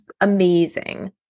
amazing